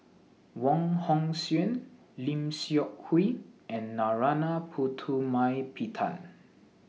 Wong Hong Suen Lim Seok Hui and Narana Putumaippittan